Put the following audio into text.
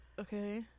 okay